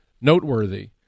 noteworthy